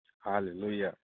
Hallelujah